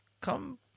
come